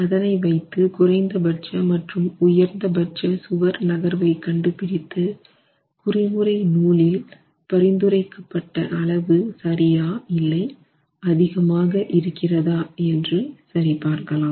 அதனை வைத்து குறைந்தபட்ச மற்றும் உயர்ந்த பட்ச சுவர் நகர்வை கண்டு பிடித்து குறிமுறையை நூலில் பரிந்துரைக்கப்பட்ட அளவு சரியா இல்லை அதிகமாக இருக்கிறதா என்று சரி பார்க்கலாம்